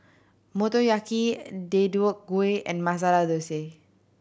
Motoyaki Deodeok Gui and Masala Dosa